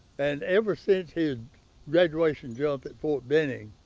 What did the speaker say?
and ever since his graduation jump at fort benning,